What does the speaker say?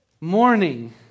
morning